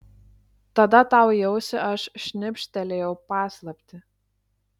tada tau į ausį aš šnibžtelėjau paslaptį